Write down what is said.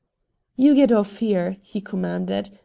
you get off here! he commanded.